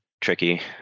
tricky